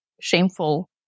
shameful